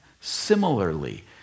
Similarly